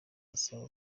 asaba